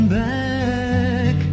back